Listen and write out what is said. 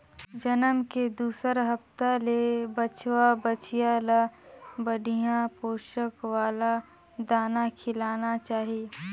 जनम के दूसर हप्ता ले बछवा, बछिया ल बड़िहा पोसक वाला दाना खिलाना चाही